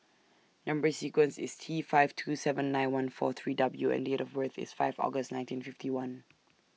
Number sequence IS T five two seven nine one four three W and Date of birth IS five August nineteen fifty one